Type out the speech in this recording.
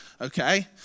okay